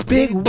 Big